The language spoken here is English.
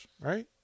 right